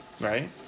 right